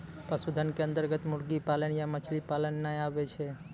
पशुधन के अन्तर्गत मुर्गी पालन या मछली पालन नाय आबै छै